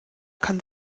kann